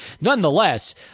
nonetheless